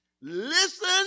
Listen